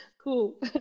Cool